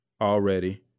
already